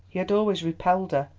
he had always repelled her,